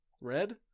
red